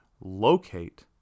locate